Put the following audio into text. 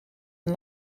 een